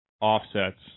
offsets